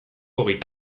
hogeita